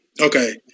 Okay